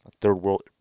third-world